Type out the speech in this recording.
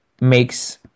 makes